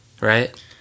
right